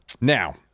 Now